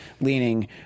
leaning